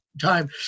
time